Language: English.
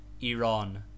iran